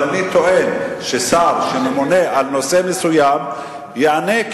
אבל אני טוען ששר שממונה על נושא מסוים יענה,